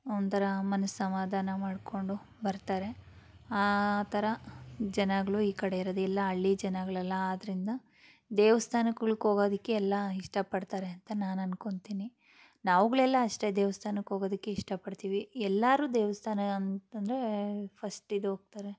ಒಂಥರ ಮನಸ್ಸು ಸಮಾಧಾನ ಮಾಡಿಕೊಂಡು ಬರ್ತಾರೆ ಆ ಥರ ಜನಗಳು ಈ ಕಡೆ ಇರೋದಿಲ್ಲ ಹಳ್ಳಿ ಜನಗ್ಳೆಲ್ಲ ಆದ್ದರಿಂದ ದೇವ್ಸ್ಥಾನಗಳ್ಗೋಗೋದಕ್ಕೆ ಎಲ್ಲ ಇಷ್ಟಪಡ್ತಾರೆ ಅಂತ ನಾನು ಅಂದ್ಕೊಂತೀನಿ ನಾವ್ಗಳೆಲ್ಲ ಅಷ್ಟೇ ದೇವ್ಸ್ಥಾನಕ್ಕೆ ಹೋಗೋದಕ್ಕೆ ಇಷ್ಟಪಡ್ತೀವಿ ಎಲ್ಲರೂ ದೇವಸ್ಥಾನ ಅಂತಂದರೆ ಫಸ್ಟಿಗೆ ಹೋಗ್ತಾರೆ